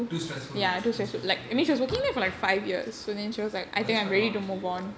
too stressful ah too stressful okay oh that's quite long actually ya